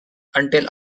until